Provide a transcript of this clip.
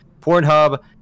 Pornhub